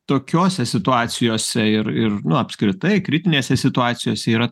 tokiose situacijose ir ir apskritai kritinėse situacijose yra